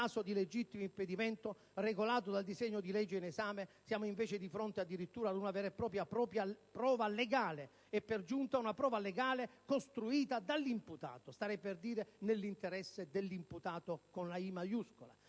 Nel caso del legittimo impedimento regolato dal disegno di legge in esame siamo invece di fronte, addirittura, ad una vera e propria prova legale, e per giunta una prova legale costruita dall'imputato (starei per dire: nell'interesse dell'imputato con la "I" maiuscola).